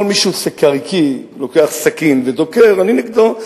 כל מי שהוא סיקריקי, לוקח סכין ודוקר, אני נגדו.